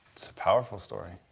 it's a powerful story.